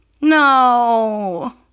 No